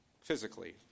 physically